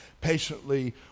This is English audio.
patiently